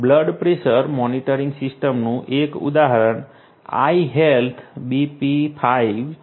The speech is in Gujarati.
બ્લડ પ્રેશર મોનિટરિંગ સિસ્ટમનું એક ઉદાહરણ iHealth BP5 છે